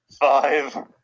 Five